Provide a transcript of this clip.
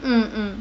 mm mm